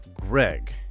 Greg